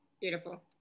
Beautiful